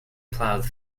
plough